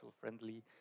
friendly